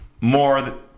more